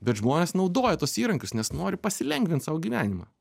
bet žmonės naudoja tuos įrankius nes nori pasilengvint sau gyvenimą